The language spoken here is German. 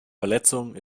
verletzung